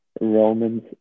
Roman's